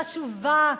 חשובה,